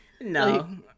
No